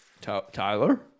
Tyler